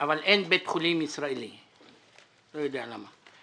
אבל אין בית חולים ישראלי ואני לא יודע למה.